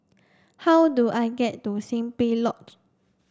how do I get to Simply Lodge